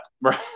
right